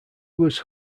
was